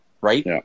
right